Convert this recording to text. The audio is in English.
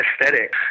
aesthetic